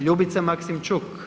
Ljubica Maksimčuk.